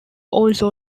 also